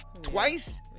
twice